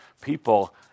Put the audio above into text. People